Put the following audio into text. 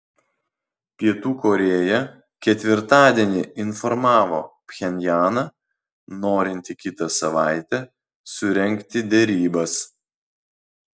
pietų korėja ketvirtadienį informavo pchenjaną norinti kitą savaitę surengti derybas